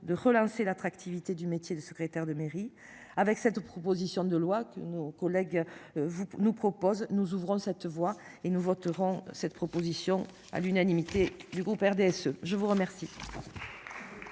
de relancer l'attractivité du métier de secrétaire de mairie. Avec cette proposition de loi que nos collègues vous nous propose, nous ouvrons cette voie et nous voterons cette proposition à l'unanimité du groupe RDSE. Je vous remercie.